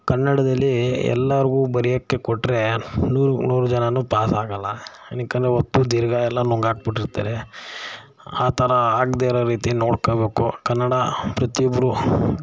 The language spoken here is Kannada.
ಕನ್ನಡದಲ್ಲಿ ಎಲ್ಲರಿಗೂ ಬರೆಯೋಕ್ಕೆ ಕೊಟ್ಟರೆ ನೂರಕ್ಕೆ ನೂರು ಜನನೂ ಪಾಸ್ ಆಗೋಲ್ಲ ಅದಕ್ಕೆಲ್ಲ ಹೊತ್ತು ದೀರ್ಘ ಎಲ್ಲ ನುಂಗಾಕಿಬಿಟ್ಟಿರ್ತಾರೆ ಆ ಥರ ಆಗದೇ ಇರೋ ರೀತಿ ನೋಡ್ಕೊಳ್ಬೇಕು ಕನ್ನಡ ಪ್ರತಿಯೊಬ್ಬರು